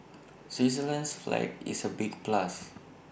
Switzerland's flag is A big plus